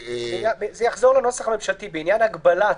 --- זה יחזור לנוסח הממשלתי: "בעניין הגבלת"